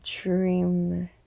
dream